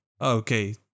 okay